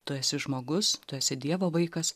tu esi žmogus tu esi dievo vaikas